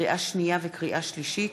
לקריאה שנייה ולקריאה שלישית,